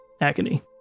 agony